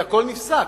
כי הכול נפסק.